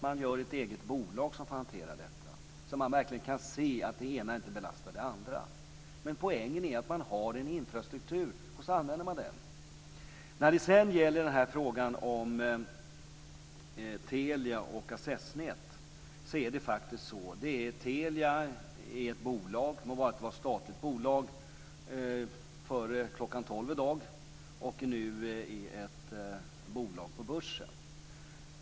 Man gör ett eget bolag som får hantera detta, så att man verkligen kan se att det ena inte belastar det andra. Men poängen är att man har en infrastruktur och så använder man den. Det må vara att Telia var ett statligt bolag före kl. 12 i dag - och nu är ett bolag på börsen.